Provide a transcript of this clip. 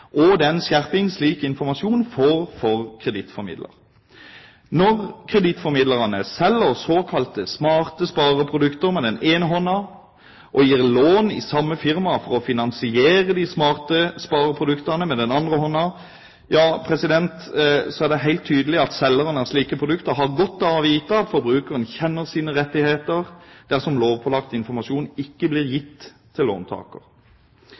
og den skjerping slik informasjonsplikt fører til for kredittformidler. Når kredittformidlerne selger såkalte smarte spareprodukter med den ene hånden og gir lån i samme firma for å finansiere de smarte spareproduktene med den andre, er det helt tydelig at selgerne av slike produkter har godt av å vite at forbrukerne kjenner sine rettigheter dersom lovpålagt informasjon ikke blir gitt til låntaker.